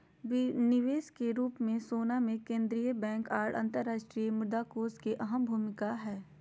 निवेश के रूप मे सोना मे केंद्रीय बैंक आर अंतर्राष्ट्रीय मुद्रा कोष के अहम भूमिका हय